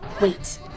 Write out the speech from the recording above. Wait